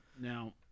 Now